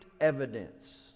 evidence